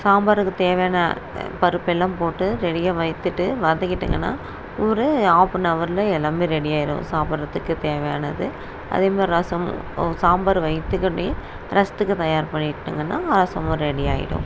சாம்பாருக்கு தேவையான பருப்பெல்லாம் போட்டு ரெடியாக வைத்துட்டு வதக்கிட்டிங்கன்னால் ஒரு ஆஃப்பனவரில் எல்லாமே ரெடி ஆகிடும் சாப்பிடுகிறத்துக்கு தேவையானது அதே மாதிரி ரசம் சாம்பார் ரசத்துக்கு தயார் பண்ணிட்டீங்கன்னால் ரசமும் ரெடி ஆகிடும்